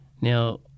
Now